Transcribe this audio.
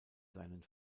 seinen